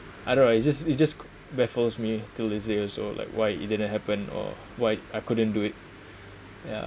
I don't know it just it just baffles me until these day also like why it didn't happen or why I couldn't do it ya